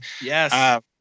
Yes